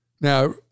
Now